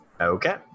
Okay